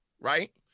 right